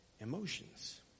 emotions